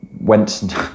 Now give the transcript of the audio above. went